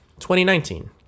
2019